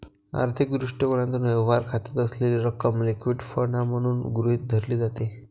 आर्थिक दृष्टिकोनातून, व्यवहार खात्यात असलेली रक्कम लिक्विड फंड म्हणून गृहीत धरली जाते